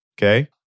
okay